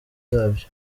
zabyo